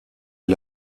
est